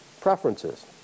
preferences